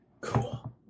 Cool